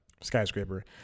Skyscraper